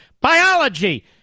biology